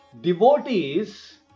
devotees